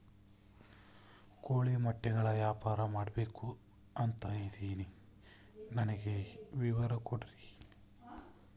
ಕೋಳಿ ಮೊಟ್ಟೆಗಳ ವ್ಯಾಪಾರ ಮಾಡ್ಬೇಕು ಅಂತ ಇದಿನಿ ನನಗೆ ವಿವರ ಕೊಡ್ರಿ?